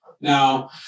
Now